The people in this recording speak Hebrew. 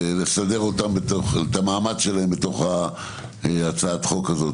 ולסדר את המעמד שלהם בהצעת החוק הזאת.